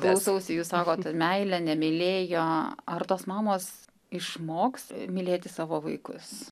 klausausi jūs sakot meilę nemylėjo ar tos mamos išmoks mylėti savo vaikus